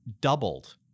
doubled